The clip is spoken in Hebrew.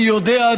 אני יודע,